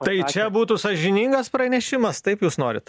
tai čia būtų sąžiningas pranešimas taip jūs norit